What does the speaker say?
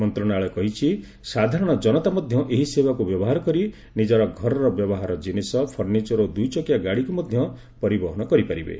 ମନ୍ତ୍ରଣାଳୟ କହିଛି ସାଧାରଣ ଜନତା ମଧ୍ୟ ଏହି ସେବାକୁ ବ୍ୟବହାର କରି ନିଜର ଗରର ବ୍ୟବହାର ଜିନିଷ ଫର୍ଣ୍ଣିଚର ଓ ଦୁଇଚକିଆ ଗାଡିକୁ ମଧ୍ୟ ପରିବହନ କରିପାରିବେ